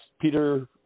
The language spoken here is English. Peter